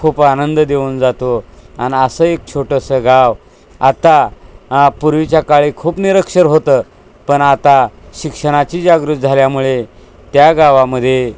खूप आनंद देऊन जातो आणि असं एक छोटंसं गाव आता पूर्वीच्या काळी खूप निरक्षर होतं पण आता शिक्षणाची जागृती झाल्यामुळे त्या गावामध्ये